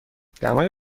دمای